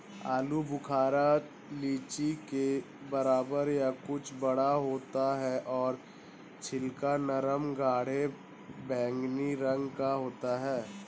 आलू बुखारा लीची के बराबर या कुछ बड़ा होता है और छिलका नरम गाढ़े बैंगनी रंग का होता है